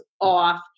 off